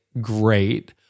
great